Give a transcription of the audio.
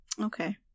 okay